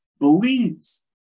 believes